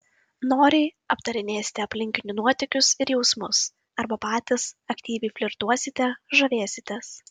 noriai aptarinėsite aplinkinių nuotykius ir jausmus arba patys aktyviai flirtuosite žavėsitės